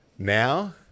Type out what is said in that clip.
Now